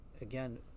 again